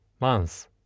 months